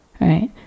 right